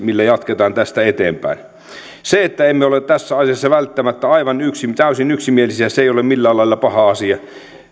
millä jatketaan tästä eteenpäin se että emme ole tässä asiassa välttämättä täysin yksimielisiä ei ole millään lailla paha asia